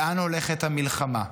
לאן הולכת המלחמה,